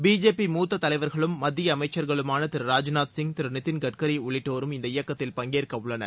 BJP மூத்த தலைவர்களும் மத்திய அமைச்சர்களுமான திரு ராஜ்நாத் சிங் திரு நிதின் கட்கரி உள்ளிட்டோரும் இந்த இயக்கத்தில் பங்கேற்கவுள்ளனர்